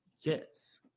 Yes